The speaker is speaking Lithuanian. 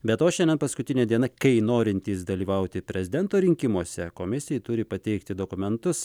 be to šiandien paskutinė diena kai norintys dalyvauti prezidento rinkimuose komisijai turi pateikti dokumentus